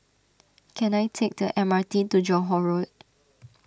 can I take the M R T to Johore Road